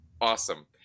Awesome